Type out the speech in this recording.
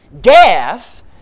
Death